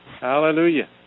Hallelujah